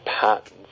patents